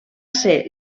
ser